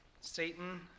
Satan